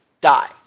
die